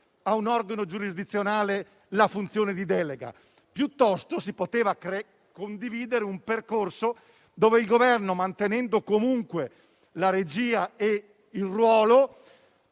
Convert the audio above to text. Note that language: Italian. a un organo giurisdizionale la funzione di delega. Si poteva invece condividere un percorso dove il Governo, mantenendo comunque la regia e il ruolo,